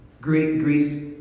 Greece